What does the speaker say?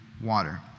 water